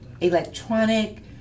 electronic